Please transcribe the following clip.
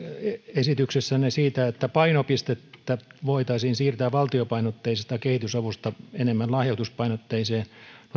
esityksessänne siitä että painopistettä voitaisiin siirtää valtiopainotteisesta kehitysavusta enemmän lahjoituspainotteiseen